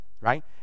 right